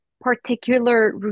particular